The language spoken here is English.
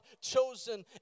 chosen